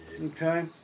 Okay